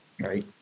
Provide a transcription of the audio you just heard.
right